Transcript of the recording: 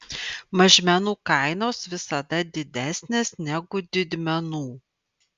mažmenų kainos visada didesnės negu didmenų